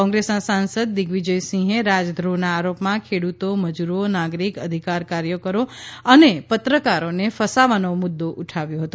કોંગ્રેસના સાંસદ દિગ્વિજય સિંહે રાજદ્રોહના આરોપમાં ખેડ઼તો મજૂરો નાગરિક અધિકાર કાર્યકરો અને પત્રકારોને ફસાવવાનો મુદ્દો ઉઠાવ્યો હતો